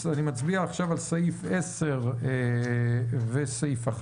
אישור סעיף 10 ו-11?